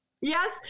yes